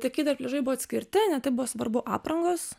tai kai dar pliažai buvo atskirti ne taip buvo svarbu aprangos